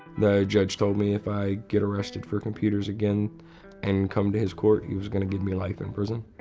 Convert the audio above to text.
the judge told me, if i get arrested for computers again and come to his court, he was gonna give me life in prison.